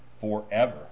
forever